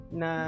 na